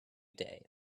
day